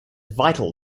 vital